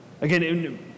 Again